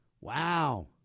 Wow